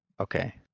okay